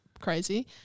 crazy